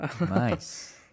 Nice